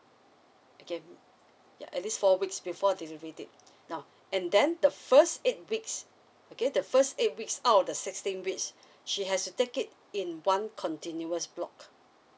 okay yeah at least four weeks before delivery date now and then the first eight weeks okay the first eight weeks out the sixteen weeks she has to take it in one continuous block